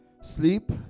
sleep